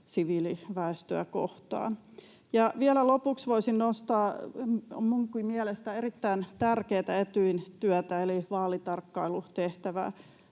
siviiliväestöä kohtaan. Ja vielä lopuksi voisin nostaa minunkin mielestäni erittäin tärkeätä Etyjin työtä eli vaalitarkkailutehtävää.